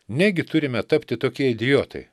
negi turime tapti tokie idiotai